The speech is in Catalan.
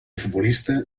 futbolista